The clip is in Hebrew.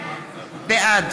בעד